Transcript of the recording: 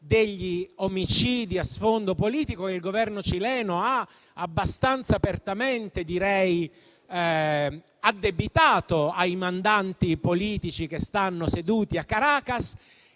degli omicidi a sfondo politico che il Governo cileno ha abbastanza apertamente addebitato a dei mandanti politici che stanno seduti a Caracas.